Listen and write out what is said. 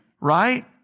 right